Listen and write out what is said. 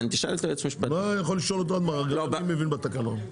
משלם זקיפת הטבה.